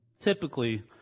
Typically